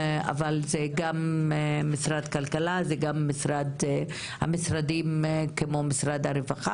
אבל זה גם משרד הכלכלה וגם משרדים כמו משרד הרווחה